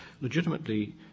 legitimately